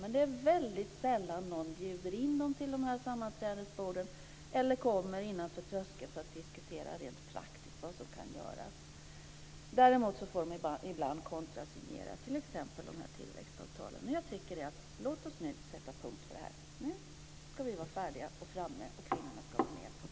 Men det är väldigt sällan som någon bjuder in dem till de här sammanträdesborden eller kommer innanför tröskeln för att diskutera vad som kan göras rent praktiskt. Däremot får de ibland kontrasignera - t.ex. de här tillväxtavtalen. Jag tycker så här: Låt oss nu sätta punkt för det här. Nu ska vi vara färdiga och framme, och kvinnorna ska vara med.